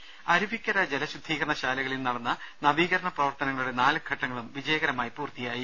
രുര അരുവിക്കര ജല ശുദ്ധീകരണശാലകളിൽ നടന്ന നവീകരണ പ്രവർത്തനങ്ങളുടെ നാലു ഘട്ടങ്ങളും വിജയകരമായി പൂർത്തിയായി